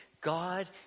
God